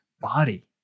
body